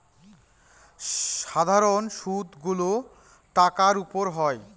সাধারন সুদ গুলো টাকার উপর হয়